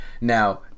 Now